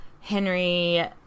Henry